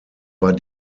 war